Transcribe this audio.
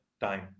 time